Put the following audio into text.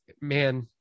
man